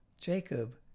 Jacob